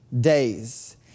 days